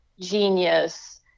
genius